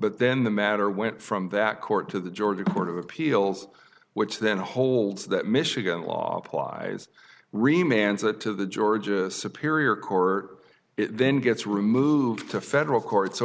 but then the matter went from that court to the georgia court of appeals which then holds that michigan law applies remains it to the georgia superior court then gets removed to federal court so it's